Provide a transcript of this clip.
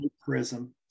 prism